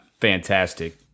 fantastic